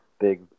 big